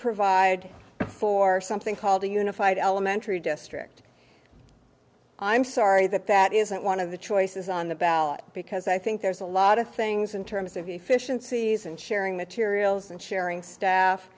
provide for something called a unified elementary district i'm sorry that that isn't one of the choices on the ballot because i think there's a lot of things in terms of efficiencies and sharing materials and sharing staff